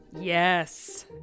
Yes